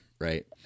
Right